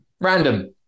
Random